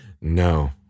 No